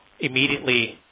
immediately